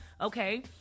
Okay